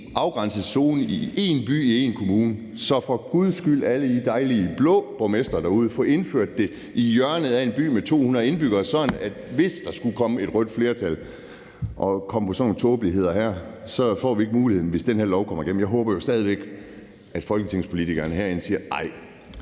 afgrænsningszone i én by i én kommune, så få det for guds skyld indført i hjørnet af en by med 200 indbyggere, sådan at man, hvis der skulle komme et rødt flertal, der skulle komme på sådan nogle tåbeligheder her, ikke får ikke muligheden, hvis det her lovforslag bliver stemt igennem. Jeg håber jo stadig væk, at folketingspolitikerne herinde siger: